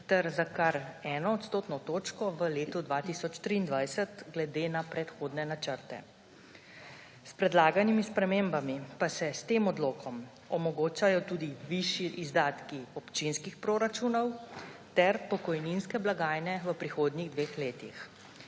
ter za kar 1 odstotno točko v letu 2023 glede na predhodne načrte. S predlaganimi spremembami pa se s tem odlokom omogočajo tudi višji izdatki občinskih proračunov ter pokojninske blagajne v prihodnjih dveh letih.